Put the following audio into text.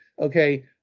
Okay